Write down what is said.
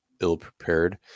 ill-prepared